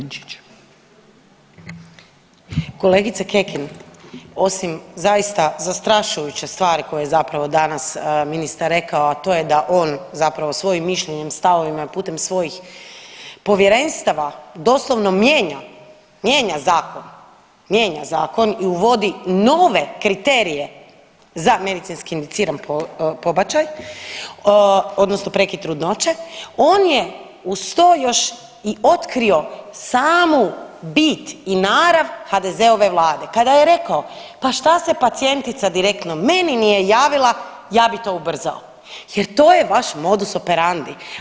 Kolegice Kekin, osim zaista zastrašujuće stvari koje je zapravo danas ministar rekao, a to je da on zapravo svojim mišljenjem, stavovima putem svojih povjerenstava doslovno mijenja, mijenja zakon, mijenja zakon i uvodi nove kriterije za medicinski indiciran pobačaj, odnosno prekid trudnoće, on je uz to još i otkrio samu bit i narav HDZ-ove vlade kada je rekao pa šta se pacijentica direktno meni nije javila, ja bi to ubrzao jer to je vaš modus operandi.